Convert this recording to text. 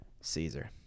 Caesar